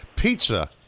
Pizza